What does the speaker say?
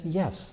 yes